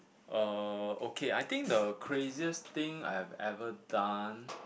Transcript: uh okay I think the craziest thing I have ever done